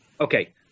Okay